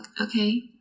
okay